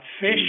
fish